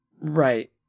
right